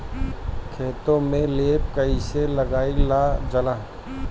खेतो में लेप कईसे लगाई ल जाला?